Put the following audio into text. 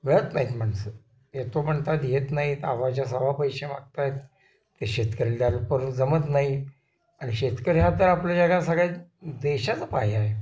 मिळत नाहीत माणसं येतो म्हणतात येत नाहीत आवाच्या सवा पैसे मागत आहेत ते शेतकरीला द्यायला पर जमत नाही आणि शेतकरी हा तर आपल्या जगा सगळ्या देशाचा पाया आहे